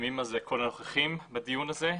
מסכימים על זה כל הנוכחים בדיון הזה,